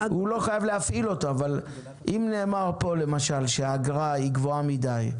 הוא לא חייב להפעיל אותו אבל אם נאמר פה למשל שהאגרה היא גבוהה מדי,